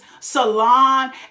salon